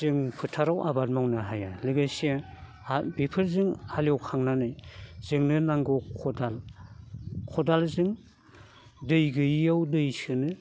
जों फोथाराव आबाद मावनो हाया लोगोसे बेफोरजों हालएवखांनानै जोंनो नांगौ खदाल खदालजों दै गैयियाव दै सोनो